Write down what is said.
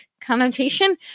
connotation